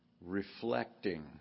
reflecting